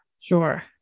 Sure